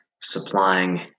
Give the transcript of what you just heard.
supplying